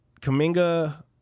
Kaminga –